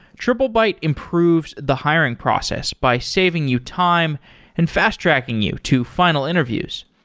triplebyte improves the hiring process by saving you time and fast-tracking you to final interviews.